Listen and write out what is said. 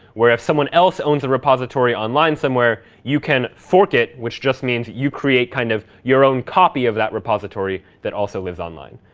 where if someone else owns a repository online somewhere, you can fork it, which just means you create kind of your own copy of that repository that also lives online.